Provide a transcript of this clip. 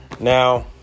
Now